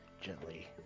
gently